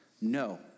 No